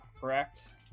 correct